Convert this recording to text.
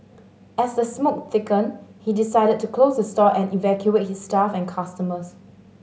as the smoke thickened he decided to close the store and evacuate his staff and customers